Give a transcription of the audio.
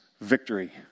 victory